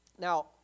Now